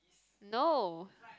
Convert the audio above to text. no